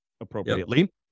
appropriately